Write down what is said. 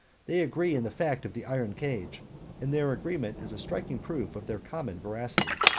they agree in the fact of the iron cage and their agreement is a striking proof of their common veracity.